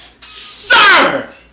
Sir